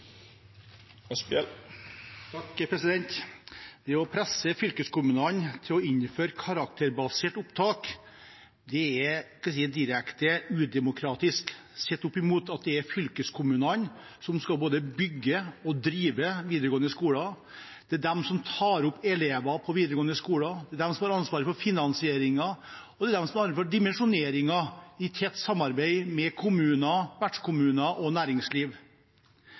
innføre karakterbasert opptak er direkte udemokratisk, sett i lys av at det er fylkeskommunene som både skal bygge og drive videregående skoler. Det er de som tar opp elever på videregående skoler, det er de som har ansvaret for finansieringen, og det er de som har ansvaret for dimensjoneringen, i tett samarbeid med kommuner, vertskommuner og næringsliv.